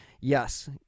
yes